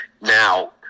Now